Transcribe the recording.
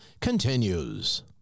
continues